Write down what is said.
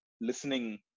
listening